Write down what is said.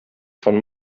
von